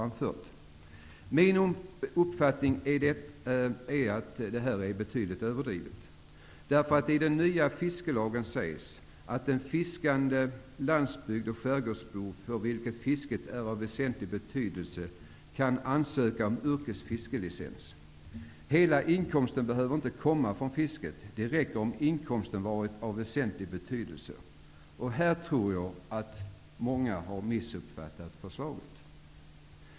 Min uppfattning är att detta är betydligt överdrivet. I den nya fiskelagen sägs att en fiskande landsbygds och skärgårdsbo för vilken fisket är av väsentlig betydelse kan ansöka om yrkesfiskelicens. Hela inkomsten behöver inte komma från fisket -- det räcker om inkomsten har varit av väsentlig betydelse. Här tror jag att många har missuppfattat förslaget.